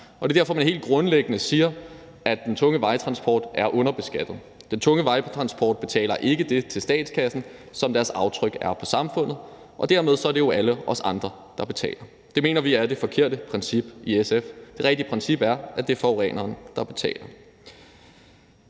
og det er derfor, man helt grundlæggende siger, at den tunge vejtransport er underbeskattet; den tunge vejtransport giver ikke det til statskassen, som den sætter af aftryk på samfundet, og dermed er det jo alle os andre, der betaler. Det mener vi i SF er det forkerte princip. Det rigtige princip er, at det er forureneren, der betaler.